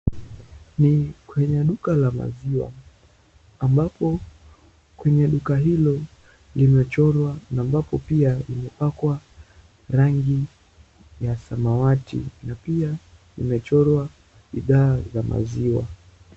Ni kwenye duku la maziwa ambapo kwenye duka hilo limechorwa na ambapo pia limepakwa rangi ya samawati na pia limechorwa bidhaa za maziwa.